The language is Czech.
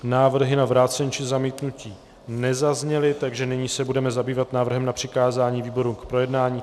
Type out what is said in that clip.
Návrhy na vrácení či zamítnutí nezazněly, takže nyní se budeme zabývat návrhem na přikázání výboru k projednání.